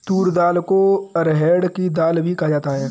तूर दाल को अरहड़ की दाल भी कहा जाता है